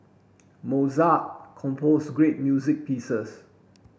Mozart compose great music pieces